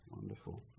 Wonderful